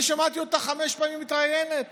אני שמעתי אותך חמש פעמים מתראיינת